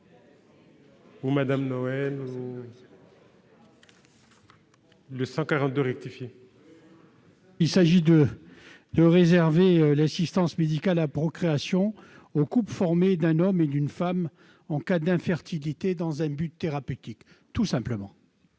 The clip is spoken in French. La parole est à M. Henri Leroy. Il convient de réserver l'assistance médicale à la procréation aux couples formés d'un homme et d'une femme en cas d'infertilité dans un but thérapeutique, tout simplement.